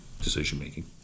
decision-making